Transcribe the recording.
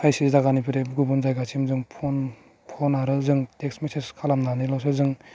खायसे जायगानिफ्राय गुबुन जायगासिम जों फन फन आरो जों टेक्स्त मेसेज खालामनानैल'सो जों